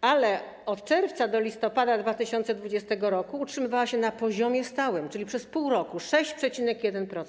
ale od czerwca do listopada 2020 r. utrzymywała się na poziomie stałym, czyli przez pół roku - 6,1%.